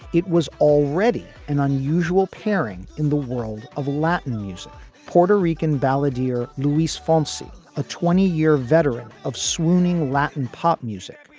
it was already an unusual pairing in the world of latin music. puerto rican balladeer lewis fonzi, a twenty year veteran of swooning latin pop music,